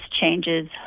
changes